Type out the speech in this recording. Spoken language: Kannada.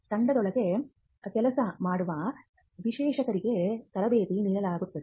ತಂಡದೊಳಗೆ ಕೆಲಸ ಮಾಡುವ ವಿಶ್ಲೇಷಕರಿಗೆ ತರಬೇತಿ ನೀಡಲಾಗುತ್ತದೆ